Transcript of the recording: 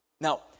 Now